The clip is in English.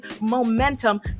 momentum